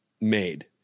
made